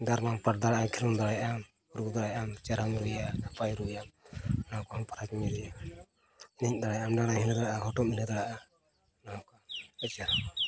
ᱰᱟᱨᱢᱟ ᱯᱟᱴ ᱫᱟᱲᱮᱭᱟᱜ ᱠᱷᱟᱱ ᱫᱟᱲᱮᱭᱟᱜ ᱟᱢ ᱨᱩ ᱫᱟᱲᱮᱭᱟᱜ ᱟᱢ ᱪᱮᱨᱦᱟᱢ ᱨᱩᱭᱟ ᱱᱟᱯᱟᱭ ᱨᱩᱭᱟᱢ ᱱᱚᱣᱟ ᱠᱚ ᱦᱚᱸ ᱯᱨᱟᱭᱤᱡᱽ ᱮᱱᱮᱡ ᱫᱟᱲᱮᱭᱟᱜ ᱟᱢ ᱰᱟᱸᱰᱟᱢ ᱦᱤᱞᱟᱹᱣ ᱫᱟᱲᱮᱭᱟᱜ ᱟᱢ ᱦᱚᱴᱚᱜ ᱦᱤᱞᱟᱹᱣ ᱫᱟᱲᱮᱭᱟᱜᱼᱟ ᱱᱚᱣᱟ ᱠᱚ ᱟᱹᱰᱤ ᱪᱮᱨᱦᱟ